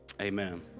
amen